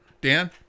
Dan